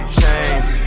change